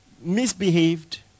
misbehaved